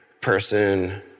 person